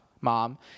mom